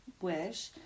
wish